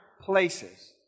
places